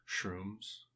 shrooms